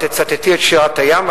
תצטטי את שירת הים,